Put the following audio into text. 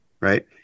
right